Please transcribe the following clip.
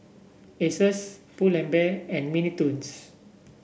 Asus Pull and Bear and Mini Toons